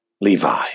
Levi